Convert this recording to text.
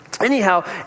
anyhow